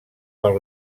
pel